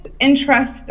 interest